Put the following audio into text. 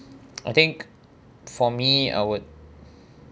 I think for me I would